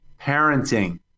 parenting